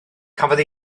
cafodd